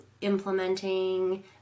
implementing